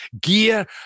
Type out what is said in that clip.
gear